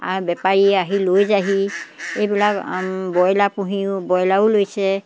হাঁহ বেপাৰী আহি লৈ যায়হি এইবিলাক ব্ৰইলাৰ পুহিও ব্ৰইলাৰো লৈছে